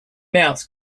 mouse